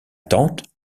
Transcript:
tante